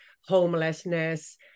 homelessness